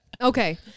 Okay